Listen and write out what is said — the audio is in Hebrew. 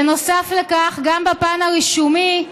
בנוסף לכך, גם בפן הרישומי,